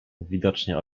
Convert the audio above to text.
widocznie